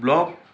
blog